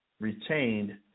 retained